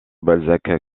balzac